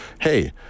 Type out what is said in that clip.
hey